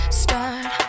start